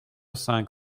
cinq